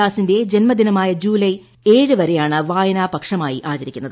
ദാസിന്റെ ജന്മദിനമായ ജൂലൈ ഏഴ് വരെയാണ് വായന പക്ഷമായി ആചരിക്കുന്നത്